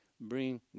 Bring